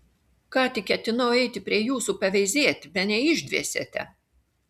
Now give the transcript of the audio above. ką tik ketinau eiti prie jūsų paveizėti bene išdvėsėte